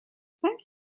thank